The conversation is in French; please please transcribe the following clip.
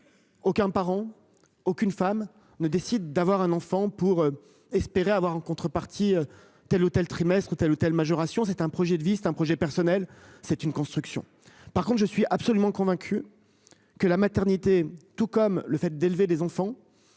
Aucun parent. Aucune femme ne décide d'avoir un enfant pour espérer avoir en contrepartie. Telle ou telle trimestres telle ou telle majoration, c'est un projet de vie, c'est un projet personnel. C'est une construction par contre je suis absolument convaincu. Que la maternité, tout comme le fait d'élever des enfants.